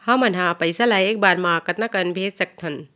हमन ह पइसा ला एक बार मा कतका कन भेज सकथन?